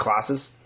classes